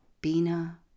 Bina